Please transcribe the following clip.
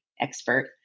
expert